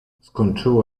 skończyło